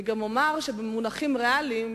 אני גם אומר שבמונחים ריאליים,